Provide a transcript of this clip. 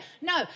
No